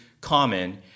common